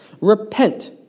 Repent